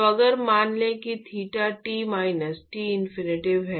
तो अगर मान लेते है कि theta T minus T infinity है